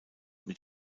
mit